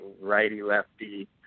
righty-lefty